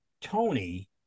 tony